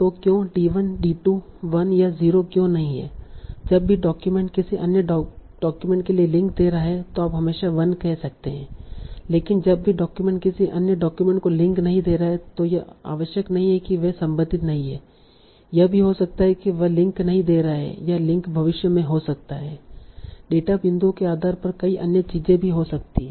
तो क्यों d 1 d 2 1 या 0 क्यों नहीं है जब भी डॉक्यूमेंट किसी अन्य डॉक्यूमेंट के लिए लिंक दे रहा है तो आप हमेशा 1 कह सकते हैं लेकिन जब भी डॉक्यूमेंट किसी अन्य डॉक्यूमेंट को लिंक नहीं दे रहा है तो यह आवश्यक नहीं है कि वे संबंधित नहीं है यह भी हो सकता है कि वह लिंक नहीं दे रहा है या लिंक भविष्य में हो सकता है डेटा बिंदुओं के आधार पर कई अन्य चीजें भी हो सकती हैं